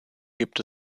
gibt